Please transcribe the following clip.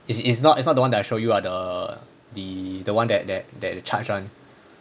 it's it's not it's not the one that I show you ah the the the one that that that the charge [one]